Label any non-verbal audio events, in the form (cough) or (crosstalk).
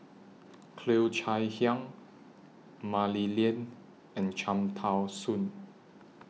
(noise) Cheo Chai Hiang Mah Li Lian and Cham Tao Soon